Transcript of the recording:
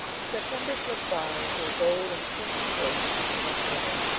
september slipped by into a gold and crimson graciousness of october.